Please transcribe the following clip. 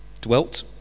dwelt